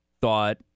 thought